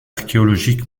archéologiques